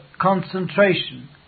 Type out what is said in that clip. concentration